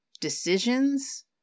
decisions